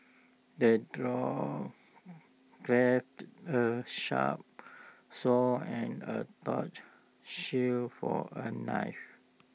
the dwarf crafted A sharp sword and A shield for A knight